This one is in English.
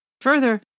Further